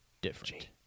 different